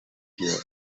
here